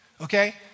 Okay